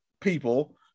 people